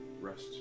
rest